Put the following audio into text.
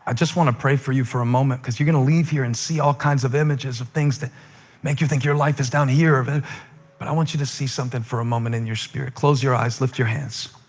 and just want to pray for you for a moment, because you're going to leave here and see all kinds of images of things that make you think your life is down here, and but i want you to see something for a moment in your spirit. close your eyes. lift your hands.